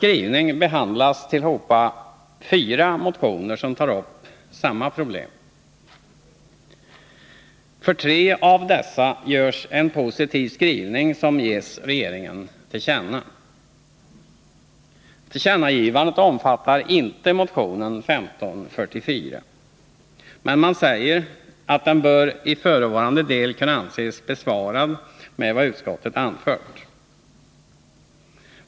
För tre av dessa görs en positiv skrivning, och det föreslås att riksdagen som sin mening ger regeringen till känna vad utskottet anfört. Tillkännagivandet omfattar inte motionen 1544, men man säger att den i förevarande del bör kunna anses besvarad med vad utskottet anfört.